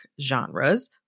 genres